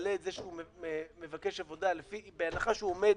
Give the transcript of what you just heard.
ממלא את זה, שהוא מבקש עבודה, בהנחה שהוא עומד